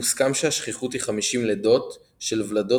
מוסכם שהשכיחות היא 50 לידות של ולדות